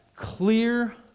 clear